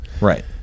Right